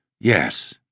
Yes